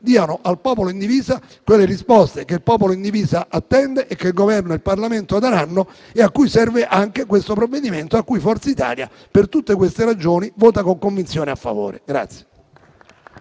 diano al popolo in divisa quelle risposte che attende e che il Governo e il Parlamento daranno, e a cui serve anche questo provvedimento, a cui Forza Italia, per tutte queste ragioni, vota con convinzione a favore.